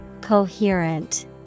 Coherent